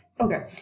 okay